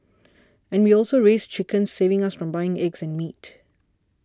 and we also raise chickens saving us from buying eggs and meat